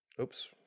Oops